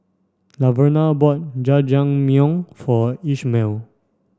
Laverna bought Jajangmyeon for Ishmael